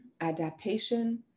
adaptation